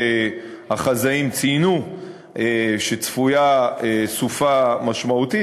שהחזאים ציינו שצפויה סופה משמעותית,